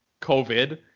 COVID